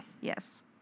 Yes